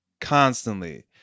constantly